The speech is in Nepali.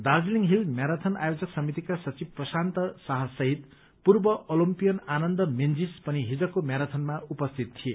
दार्जीलिङ हिल म्याराथन आयोजक समितिका सचिव प्रशान्त शाह सहित पूर्व ओलम्पियन आनन्द मेन्जिस पनि हिजको म्याराथनमा उपस्थित थिए